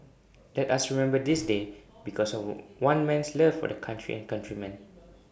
let us remember this day because of one man's love for the country and countrymen